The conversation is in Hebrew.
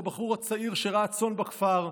בבחור הצעיר שרעה צאן בכפר,